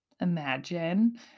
Imagine